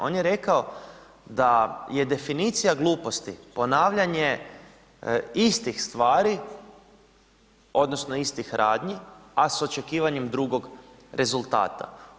On je rekao da je definicija gluposti ponavljanje istih stvari, odnosno istih radnji, a s očekivanjem drugog rezultata.